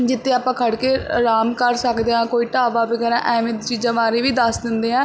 ਜਿੱਥੇ ਆਪਾਂ ਖੜ੍ਹ ਕੇ ਆਰਾਮ ਕਰ ਸਕਦੇ ਹਾਂ ਕੋਈ ਢਾਬਾ ਵਗੈਰਾ ਐਵੇਂ ਦੀ ਚੀਜ਼ਾਂ ਬਾਰੇ ਵੀ ਦੱਸ ਦਿੰਦੇ ਆ